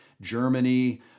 Germany